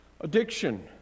addiction